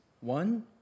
One